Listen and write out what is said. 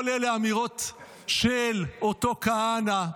כל אלה אמירות של אותו כהנא,